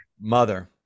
mother